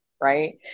right